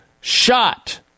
shot